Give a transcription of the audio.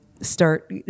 start